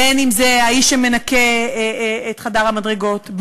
בין אם זה האיש שמנקה את חדר המדרגות,